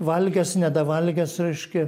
valgęs nedavalgęs reiškia